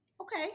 Okay